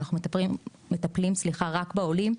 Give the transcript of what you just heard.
אנחנו מטפלים רק בעולים,